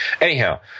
Anyhow